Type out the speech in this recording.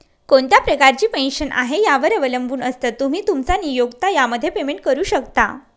कोणत्या प्रकारची पेन्शन आहे, यावर अवलंबून असतं, तुम्ही, तुमचा नियोक्ता यामध्ये पेमेंट करू शकता